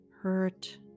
hurt